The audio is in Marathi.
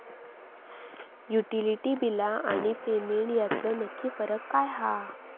युटिलिटी बिला आणि पेमेंट यातलो नक्की फरक काय हा?